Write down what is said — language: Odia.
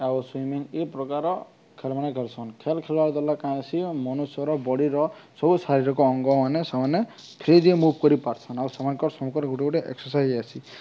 ଆଉ ସୁଇମିଂ ଏଇପ୍ରକାର ଖେଳମାନେ ଖେଳସନ୍ ଖେଲ ଖେଳିବା ଦ୍ୱାରା କାଁ ହେସି ମନୁଷ୍ୟର ବଡ଼ିର ସବୁ ଶାରୀରିକ ଅଙ୍ଗମାନେ ସେମାନେ ଫ୍ରୀରେ ମୁଭ୍ କରିପାରସନ୍ ଆଉ ସେମାନଙ୍କର ସମସ୍ତଙ୍କର ଗୋଟେ ଗୋଟେ ଏକ୍ସରସାଇଜ୍ ହେସି